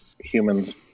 humans